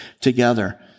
together